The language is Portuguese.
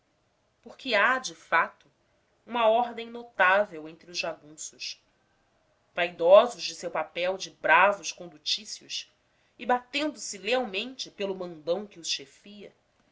porque há de fato uma ordem notável entre os jagunços vaidosos de seu papel de bravos condutícios e batendo se lentamente pelo mandão que os chefia